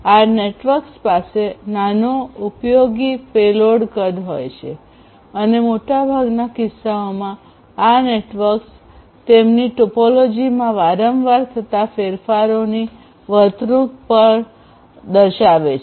આ નેટવર્ક્સ પાસે નાનો ઉપયોગી પેલોડ કદ હોય છે અને મોટાભાગના કિસ્સાઓમાં આ નેટવર્ક્સ તેમની ટોપોલોજીમાં વારંવાર થતા ફેરફારોની વર્તણૂક પણ દર્શાવે છે